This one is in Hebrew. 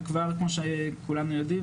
וכבר כמו שכולנו יודעים,